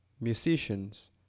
musicians